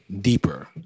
deeper